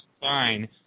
fine